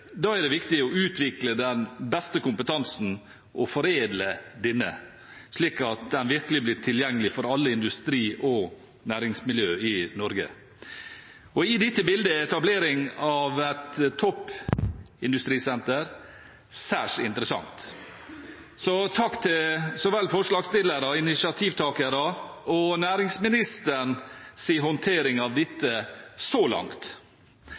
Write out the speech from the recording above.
Da er det viktig å utvikle den beste kompetansen og foredle denne, slik at den virkelig blir tilgjengelig for alle industri- og næringsmiljøer i Norge. I dette bildet er etablering av et toppindustrisenter særs interessant. Så takk til så vel forslagsstillerne som initiativtakerne og for næringsministerens håndtering av dette så langt.